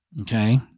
okay